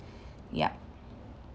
yup